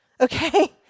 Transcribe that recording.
okay